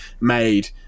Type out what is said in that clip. made